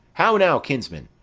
how now, kinsman?